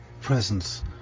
Presence